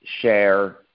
share